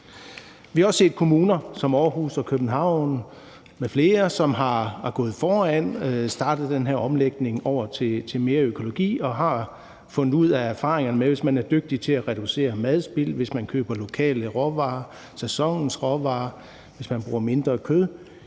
Vi har også set kommuner som Aarhus og København m.fl., som er gået foran og har startet den her omlægning over til mere økologi og har fået erfaringer med, at hvis man er dygtig til at reducere madspild, hvis man køber lokale råvarer, sæsonens råvarer, og hvis man bruger mindre kød,